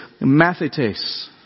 mathetes